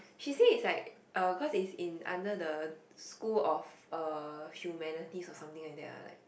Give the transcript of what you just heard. she say it's like uh cause it's in under the School of uh Humanities or something like that ah like